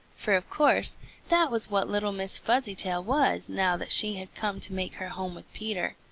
for of course that was what little miss fuzzytail was now that she had come to make her home with peter.